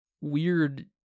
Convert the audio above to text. weird